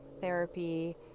therapy